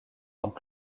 temps